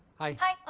hi. hi.